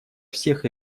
всех